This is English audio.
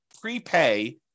prepay